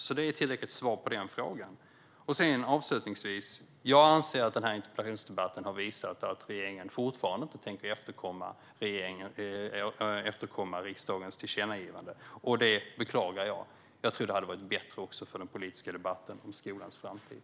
Det är ett tillräckligt svar på frågan. Avslutningsvis vill jag säga att jag anser att denna interpellationsdebatt har visat att regeringen fortfarande inte tänker efterkomma riksdagens tillkännagivande. Det beklagar jag. Jag tror att det nog hade varit bättre för den politiska debatten om skolans framtid.